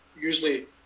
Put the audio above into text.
usually